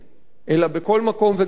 אלא בכל מקום, וגם כאן.